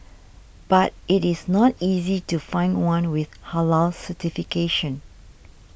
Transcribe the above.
but it is not easy to find one with Halal certification